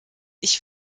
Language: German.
ich